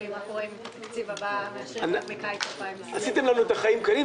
חושבים מה קורה עם התקציב --- עשיתם לנו חיים קלים.